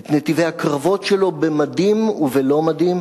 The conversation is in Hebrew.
את נתיבי הקרבות שלו במדים ובלא מדים,